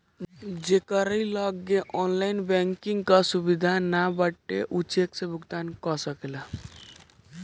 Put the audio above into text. जेकरी लगे online banking कअ सुविधा नाइ बाटे उ चेक से भुगतान कअ सकेला